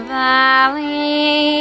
valley